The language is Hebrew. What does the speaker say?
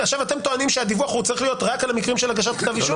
אתם טוענים שהדיווח צריך להיות רק על המקרים של הגשת כתב אישום,